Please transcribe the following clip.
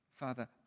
Father